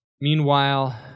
Meanwhile